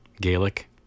Gaelic